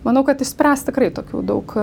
manau kad išspręs tikrai tokių daug